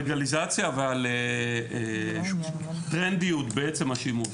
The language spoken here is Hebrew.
לגליזציה ועל טרנדיות בעצם השימוש.